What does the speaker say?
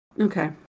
Okay